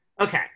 Okay